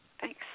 Thanks